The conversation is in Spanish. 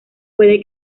puede